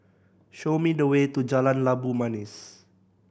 show me the way to Jalan Labu Manis